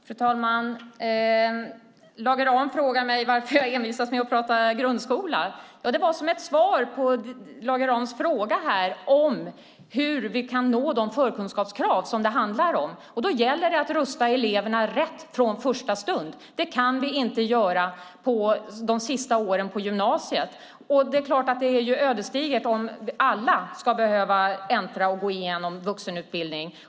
Fru talman! Lage Rahm frågar mig varför jag envisas med att prata grundskola. Det gjorde jag som ett svar på Lage Rahms fråga här om hur vi kan nå de förkunskapskrav som det handlar om. Det gäller att rusta eleverna rätt från första stund. Det kan vi inte göra de sista åren på gymnasiet. Det är klart att det är ödesdigert om alla ska behöva äntra och gå igenom vuxenutbildning.